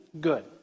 good